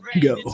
go